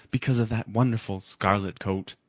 because of that wonderful scarlet coat.